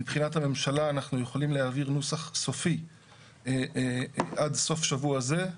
מבחינת הממשלה אנחנו יכולים להעביר נוסח סופי עד סוף השבוע הזה,